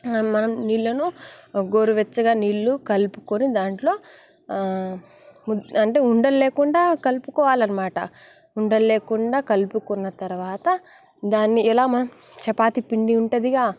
అంటే హోల్ గుంటటి అంటే మనం రౌండ్గా చిన్న చిన్న గుండులుగా ముద్దలుగా తీసుకొని రౌండ్ చేసుకోవాలి మనకెన్ని వస్తే అన్ని చేసుకోవాలి ఆ పిండితో ఎన్ని వస్తే అన్ని చేసుకోవాలి నెక్స్ట్ అది ద అవన్నీ ఒక ఆయిల్